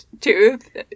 tooth